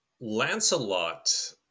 Lancelot